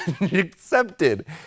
accepted